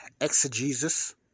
Exegesis